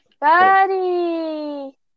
Buddy